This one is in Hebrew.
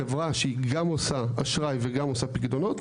חברה שהיא גם עושה אשראי וגם עושה פיקדונות